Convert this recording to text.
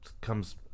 comes